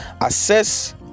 assess